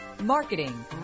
marketing